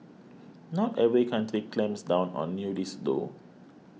not every country clamps down on nudists though